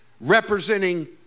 representing